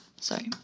Sorry